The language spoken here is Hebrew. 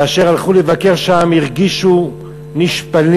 כאשר הלכו לבקר שם, הרגישו נשפלים,